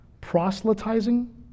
proselytizing